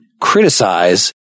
criticize